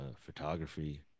photography